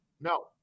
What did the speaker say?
no